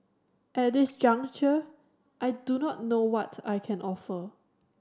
at this juncture I do not know what I can offer